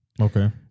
Okay